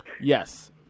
yes